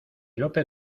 lope